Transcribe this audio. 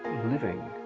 living.